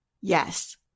yes